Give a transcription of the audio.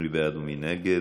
מי בעד ומי נגד?